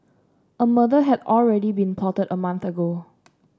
a murder had already been plotted a month ago